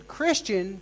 Christian